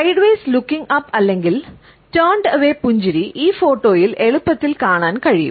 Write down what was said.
sideways looking up പുഞ്ചിരി ഈ ഫോട്ടോയിൽ എളുപ്പത്തിൽ കാണാൻ കഴിയും